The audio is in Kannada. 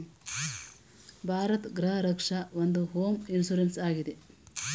ಭಾರತ್ ಗೃಹ ರಕ್ಷ ಒಂದು ಹೋಮ್ ಇನ್ಸೂರೆನ್ಸ್ ಆಗಿದೆ